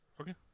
Okay